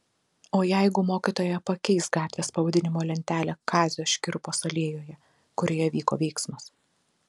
o jeigu mokytoja pakeis gatvės pavadinimo lentelę kazio škirpos alėjoje kurioje vyko veiksmas